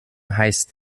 heißt